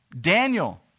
Daniel